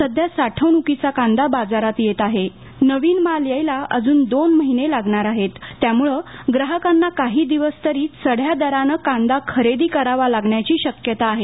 सध्या साठवणुकीचा कांदा बाजारात येत असुन नविन माल यायला अजुन दोन महीने लागणार आहे त्यामुळे ग्राहकांना काही दिवस तरी चढ्या दरानं कांदा खरेदी करावा लागण्याची शक्यता आहे